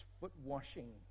foot-washing